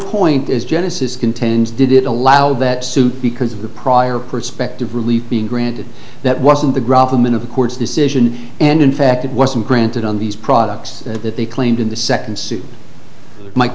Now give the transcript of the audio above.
point is genesis contends did it allow that suit because of the prior prospective relief being granted that wasn't the graph i'm in of the court's decision and in fact it wasn't granted on these products that they claimed in the second